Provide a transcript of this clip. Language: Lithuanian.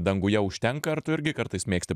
danguje užtenka ar tu irgi kartais mėgsti